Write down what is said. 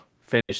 finish